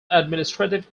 administrative